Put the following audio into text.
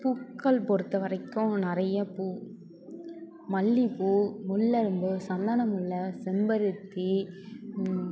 பூக்கள் பொறுத்த வரைக்கும் நிறைய பூ மல்லிப்பூ முல்லைரும்பு சந்தனமுல்லை செம்பருத்தி